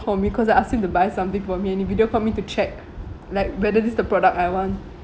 call me cause I ask him to buy something for me and he video called me to check like whether this the product I want